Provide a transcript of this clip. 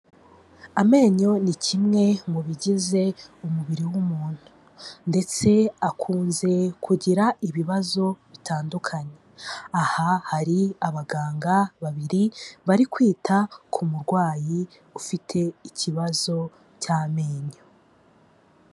Amenyo ni kimwe mu bigize umubiri w'umuntu, ndetse akunze kugira ibibazo bitandukanye, aha hari abaganga babiri bari kwita ku murwayi ufite ikibazo cy'amenyo.